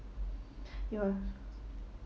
ya